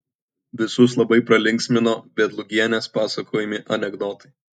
visus labai pralinksmino vedlugienės pasakojami anekdotai